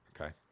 Okay